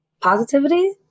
Positivity